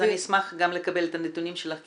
אז אני אשמח גם לקבל את הנתונים שלך,